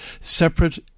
separate